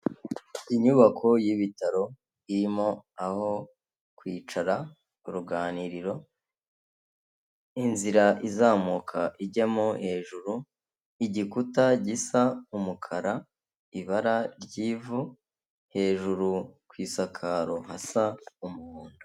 Inyubako y'ibitaro irimo aho kwicara uruganiriro inzira izamuka ijyamo hejuru igikuta gisa umukara ibara ry'ivu hejuru ku isakaro hasa umuhondo.